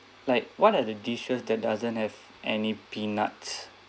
like what are the dishes that doesn't have any peanuts